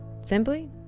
simply